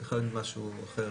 בכלל משהו אחר.